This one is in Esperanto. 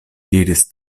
diris